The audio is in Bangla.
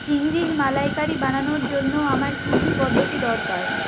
চিংড়ির মালাইকারি বানানোর জন্য আমার কী কী পদ্ধতি দরকার